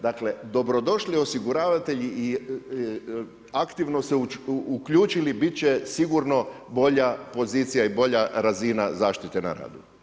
Dakle, dobrodošli osiguravatelji i aktivno se uključili, biti će sigurno bolja pozicija i bolja razina zaštite na radu.